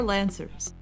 Lancers